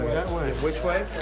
way. which way?